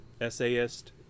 essayist